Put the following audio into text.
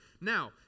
Now